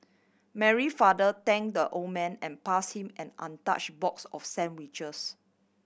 Mary father thank the old man and pass him an untouch box of sandwiches